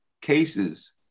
cases